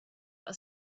are